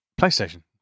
PlayStation